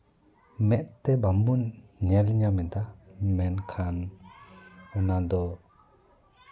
ᱢᱮᱫ ᱛᱮ ᱵᱟᱝᱵᱚᱱ ᱧᱮᱞ ᱧᱟᱢ ᱮᱫᱟ ᱢᱮᱱᱠᱷᱟᱱ ᱚᱱᱟ ᱫᱚ